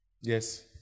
Yes